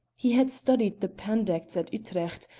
he had studied the pandects at utrecht,